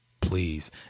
please